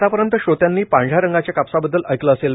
आतापर्यंत श्रोत्यांनी पांढऱ्या रंगाच्या कापसाबददल ऐकल असेल